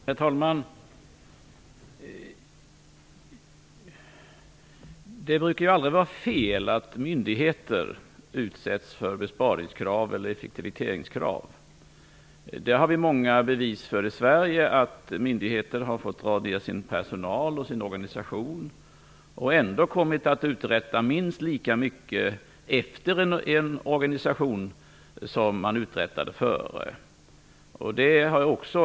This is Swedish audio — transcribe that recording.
Herr talman! Det brukar aldrig vara fel att myndigheter utsätts för besparingskrav eller effektiviseringskrav. Det finns det många bevis för i Sverige. Myndigheter har fått dra ned på sin personal och organisation. Ändå har man kommit att uträtta minst lika mycket efter en omorganisering som man uträttade före.